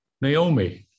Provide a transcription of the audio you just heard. Naomi